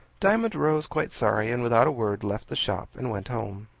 diamond rose, quite sorry, and without a word left the shop, and went home.